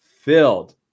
filled